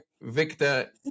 Victor